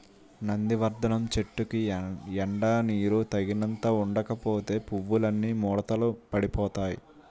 నందివర్థనం చెట్టుకి ఎండా నీరూ తగినంత ఉండకపోతే పువ్వులన్నీ ముడతలు పడిపోతాయ్